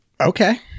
Okay